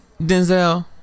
Denzel